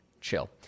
Chill